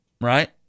right